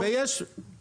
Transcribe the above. לא, נכון?